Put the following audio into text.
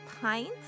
pint